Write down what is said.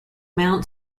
mount